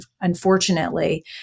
unfortunately